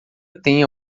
tenha